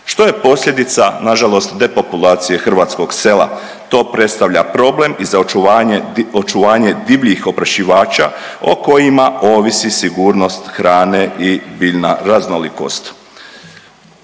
što je posljedica na žalost depopulacije hrvatskog sela. To predstavlja problem i za očuvanje divljih oprašivača o kojima ovisi sigurnost hrane i biljna raznolikost.